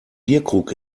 bierkrug